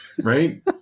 Right